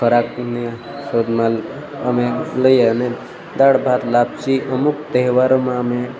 ખોરાકની શોધમાં અમે લઈએ અને દાળ ભાત લાપસી અમુક તહેવારોમાં અમે